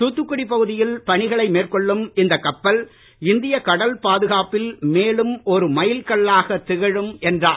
தூத்துக்குடி பகுதியில் பணிகளை மேற்கொள்ளும் இந்த கப்பல் இந்திய கடல் பாதுகாப்பில் மேலும் ஒரு மைல் கல்லாக திகழும் என்றார்